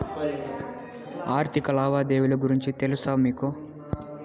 ఆర్థిక లావాదేవీల గురించి తెలుసా మీకు